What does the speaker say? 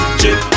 chip